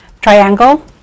triangle